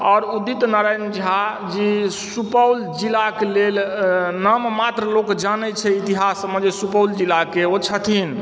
आओर उदित नारायण झा जी सुपौल जिलाक लेल नाम मात्र लोक जानै छै इतिहासमे जे सुपौल जिलाके ओ छथिन